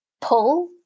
pull